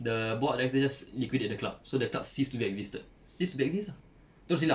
the board like they just liquidate the club so the club cease to be existed cease to be exist ah terus hilang